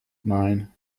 nine